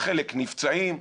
חלק נפצעים,